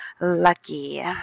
lucky